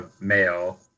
male